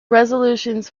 resolutions